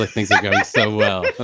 like things are going so well,